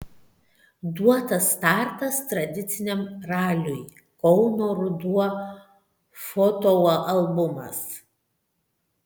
duotas startas tradiciniam raliui kauno ruduo fotoalbumas